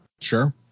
Sure